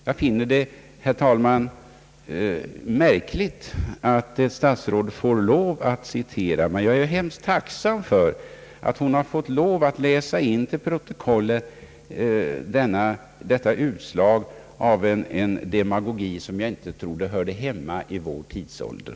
Jag finner det, herr talman, märkligt att ett statsråd får lov att citera vad som här citerats, men jag är innerligt tacksam för att hon har fått lov att läsa in till protokollet detta utslag av en demogagi, som jag inte trodde hörde hemma i vår tidsålder.